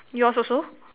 yours also